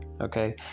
Okay